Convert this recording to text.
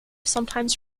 sometimes